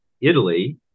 Italy